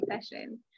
session